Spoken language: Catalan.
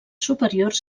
superiors